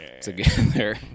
together